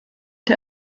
der